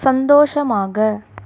சந்தோஷமாக